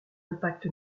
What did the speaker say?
impact